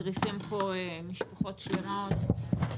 מקריסים משפחות שלמות.